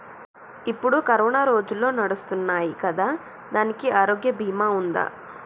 ఇప్పుడు కరోనా రోజులు నడుస్తున్నాయి కదా, దానికి ఆరోగ్య బీమా ఉందా?